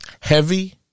heavy